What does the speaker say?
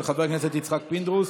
של חבר הכנסת יצחק פינדרוס.